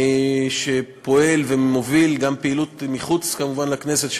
שפועל ומוביל גם פעילות מחוץ לכנסת,